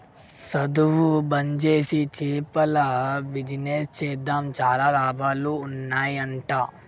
సధువు బంజేసి చేపల బిజినెస్ చేద్దాం చాలా లాభాలు ఉన్నాయ్ అంట